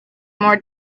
more